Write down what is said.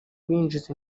binjiza